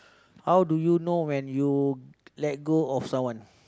how do you know when you let go of someone